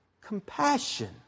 compassion